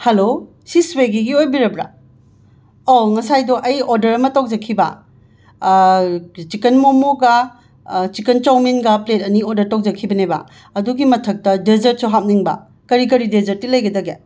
hello ꯃꯁꯤ ꯁ꯭ꯋꯤꯒꯤꯒꯤ ꯑꯣꯏꯕꯤꯔꯕ꯭ꯔꯥ ꯑꯣ ꯉꯁꯥꯏꯗꯣ ꯑꯩ ꯑꯣꯔꯗꯔ ꯑꯃ ꯇꯧꯖꯈꯤꯕ ꯆꯤꯀꯟ ꯃꯣꯃꯣꯒ ꯆꯤꯀꯟ ꯆꯧꯃꯤꯟꯒ ꯄ꯭ꯂꯦꯠ ꯑꯅꯤ ꯑꯣꯔꯗꯔ ꯇꯧꯖꯒꯤꯕꯅꯦꯕ ꯑꯗꯨꯒꯤ ꯃꯊꯛꯇ ꯗꯦꯖꯔꯠꯁꯨ ꯍꯥꯞꯅꯤꯡꯕ ꯀꯔꯤ ꯀꯔꯤ ꯗꯦꯖꯔꯠꯇꯤ ꯂꯩꯒꯗꯒꯦ